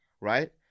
right